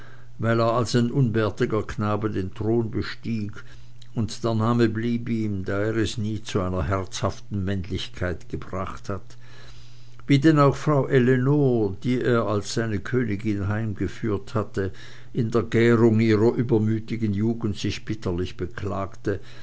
er als ein unbärtiger knabe den thron bestieg und der name blieb ihm da er es nie zu einer herzhaften männlichkeit gebracht hat wie denn auch frau ellenor die er als seine königin heimgeführt hatte in der gärung ihrer übermütigen jugend sich bitterlich beklagte